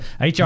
HR